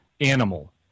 animal